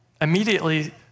immediately